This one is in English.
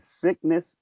sickness